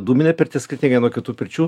dūminė pirtis skirtingai nuo kitų pirčių